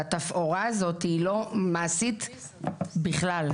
התפאורה הזאת היא לא מעשית בכלל,